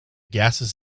gases